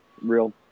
real